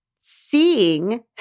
seeing